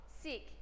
sick